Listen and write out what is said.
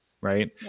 right